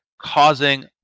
causing